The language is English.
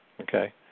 okay